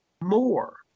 more